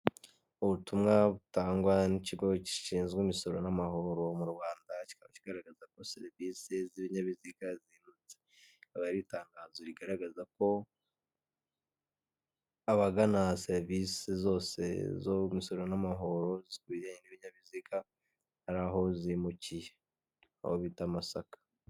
Ubutumwa butangwa n'ikigo gishinzwe imisoro n'amahoro mu Rwanda kigaragaza ko serivisi z'ibinyabiziga zimutse hakaba hari itangazo rigaragaza ko abagana serivisi zose z'umusoro n'amahoro w'ibinyabiziga hari aho zimukiye aho bita Masaka.